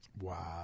Wow